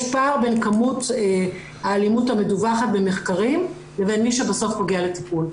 יש פער בין כמות האלימות המדווחת במחקרים לבין מי שבסוף מגיע לטיפול.